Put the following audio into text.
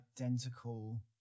identical